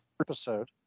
episode